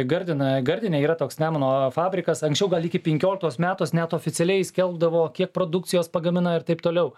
gardina gardine yra toks nemuno fabrikas anksčiau gal iki penkioliktos metuos net oficialiai skelbdavo kiek produkcijos pagamina ir taip toliau